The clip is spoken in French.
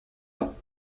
ans